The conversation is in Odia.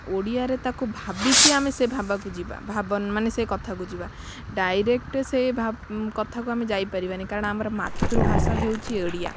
ଓଡ଼ିଆରେ ତାକୁ ଭାବିକି ଆମେ ସେ ଭାବାକୁ ଯିବା ମାନେ ସେ କଥାକୁ ଯିବା ଡାଇରେକ୍ଟ ସେ ଭାବ କଥାକୁ ଆମେ ଯାଇପାରିବାନି କାରଣ ଆମର ମାତୃଭାଷା ହେଉଛି ଓଡ଼ିଆ